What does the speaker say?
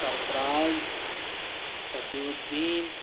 سرفراز Fasih الدین